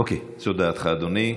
אוקיי, זו דעתך, אדוני.